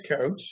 coach